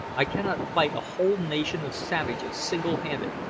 i cannot fight a whole nation of savages single-handed.